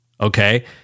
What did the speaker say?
Okay